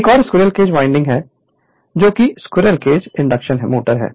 एक और squirrel cage winding है जोकि स्क्विरल केज इंडक्शन मोटर है